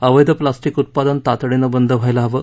अवध्वप्लास्टिक उत्पादन तातडीनं बंद व्हायला हवं